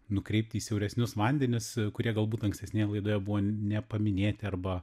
nukreipti į siauresnius vandenis kurie galbūt ankstesnėje laidoje buvo nepaminėti arba